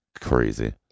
Crazy